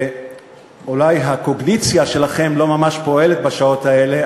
שאולי הקוגניציה שלכם לא ממש פועלת בשעות האלה,